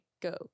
go